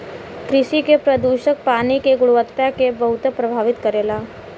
कृषि के प्रदूषक पानी के गुणवत्ता के बहुत प्रभावित करेला